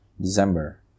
December